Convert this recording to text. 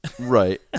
Right